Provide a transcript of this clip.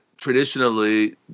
traditionally